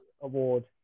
award